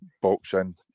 boxing